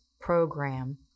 program